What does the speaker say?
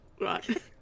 Right